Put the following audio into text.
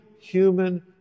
human